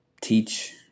teach